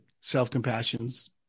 self-compassions